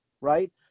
right